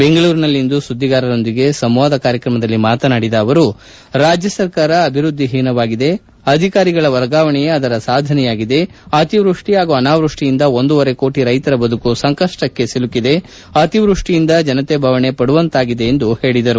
ಬೆಂಗಳೂರಿನಲ್ಲಿಂದು ಸುದ್ದಿಗಾರರೊಂದಿಗೆ ಸಂವಾದ ಕಾರ್ಯಕ್ರಮದಲ್ಲಿ ಮಾತನಾಡಿದ ಅವರು ರಾಜ್ಯ ಸರ್ಕಾರ ಅಭಿವೃದ್ಧಿ ಹೀನವಾಗಿದೆ ಅಧಿಕಾರಿಗಳ ವರ್ಗಾವಣೆಯೇ ಅದರ ಸಾಧನೆಯಾಗಿದೆ ಅತಿವೃಷ್ಠಿ ಪಾಗೂ ಅನಾವೃಷ್ಠಿಯಿಂದ ಒಂದೂವರೆ ಕೋಟಿ ರೈತರ ಬದುಕು ಸಂಕಷ್ಟಕ್ಕೆ ಸಿಲುಕಿದೆ ಅತಿವೃಷ್ಷಿಯಿಂದ ಜನತೆ ಬವಣೆ ಪಡುವಂತಾಗಿದೆ ಎಂದು ಪೇಳಿದರು